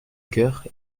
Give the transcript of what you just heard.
cœur